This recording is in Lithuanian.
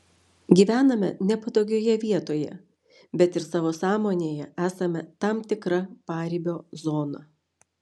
gyvename nepatogioje vietoje bet ir savo sąmonėje esame tam tikra paribio zona